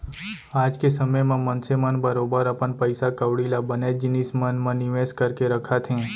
आज के समे म मनसे मन बरोबर अपन पइसा कौड़ी ल बनेच जिनिस मन म निवेस करके रखत हें